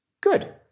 Good